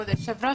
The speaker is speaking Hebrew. כבוד היושב-ראש,